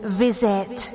visit